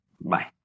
Bye